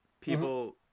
People